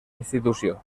institució